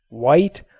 white,